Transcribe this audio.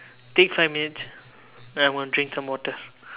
take five minutes I want drink some water